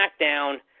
SmackDown